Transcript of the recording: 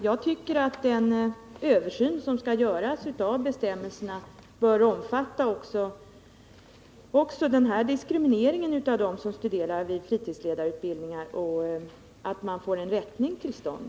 Jag tycker att den översyn av bestämmelserna som skall göras bör omfatta också den diskriminering som nu drabbar dem som studerar vid fritidsledarutbildning, så att man får en rättelse till stånd.